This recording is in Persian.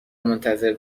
منتظر